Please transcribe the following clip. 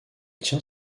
tient